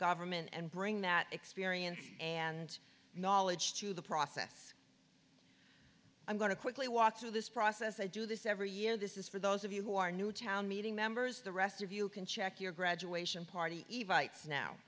government and bring that experience and knowledge to the process i'm going to quickly walk through this process i do this every year this is for those of you who are new town meeting members the rest of you can check your graduation party